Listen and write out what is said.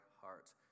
heart